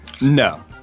No